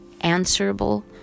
answerable